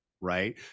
right